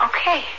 Okay